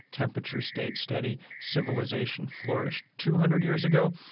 temperatures stayed steady. civilization flourished two hundred years ago,